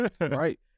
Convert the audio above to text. right